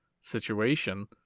situation